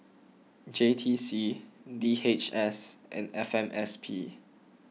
J T C D H S and F M S P